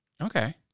Okay